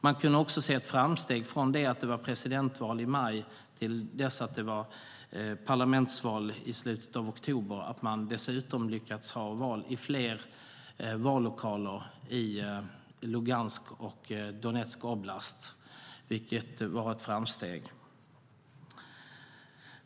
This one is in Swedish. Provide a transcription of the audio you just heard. Vi kunde också se framsteg från att det var presidentval i maj till dess att det var parlamentsval i slutet av oktober. Man lyckades ha fler vallokaler i Luhansk och Donetsk oblast, vilket var ett framsteg.